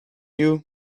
you